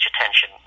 attention